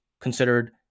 considered